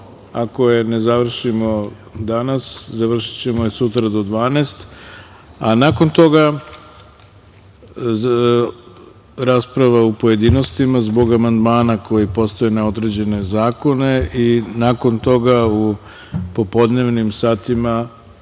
Ako je ne završimo danas, završićemo je sutra do 12.00 sati. Nakon toga, rasprava u pojedinostima zbog amandmana koji postoje na određene zakone i nakon toga, u popodnevnim satima,